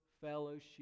fellowship